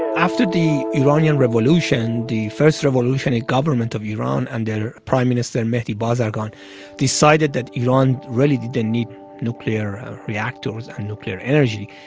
after the iranian revolution, the first revolutionary government of iran and the prime minister and mehdi bazargan decided that iran really didn't need nuclear reactors and nuclear energy,